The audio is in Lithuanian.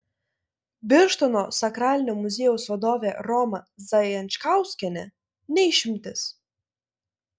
birštono sakralinio muziejaus vadovė roma zajančkauskienė ne išimtis